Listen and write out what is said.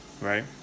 right